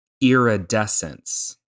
iridescence